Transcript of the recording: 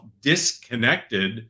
disconnected